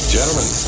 Gentlemen